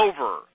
over